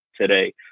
today